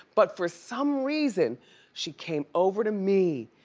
but for some reason she came over to me.